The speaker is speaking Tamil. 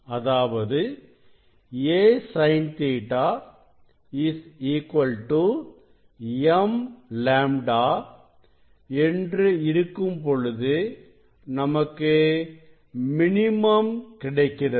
அதாவது asin Ɵ m λ இன்று இருக்கும் பொழுது நமக்கு மினிமம் கிடைக்கிறது